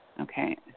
Okay